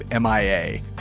MIA